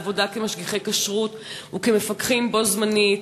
עבודה כמשגיחי כשרות וכמפקחים בו-זמנית,